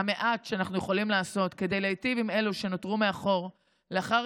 המעט שאנחנו יכולים לעשות כדי להיטיב עם אלו שנותרו מאחור לאחר